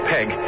Peg